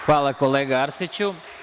Hvala, kolega Arsiću.